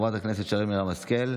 חברת הכנסת שרן מרים השכל,